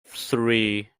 three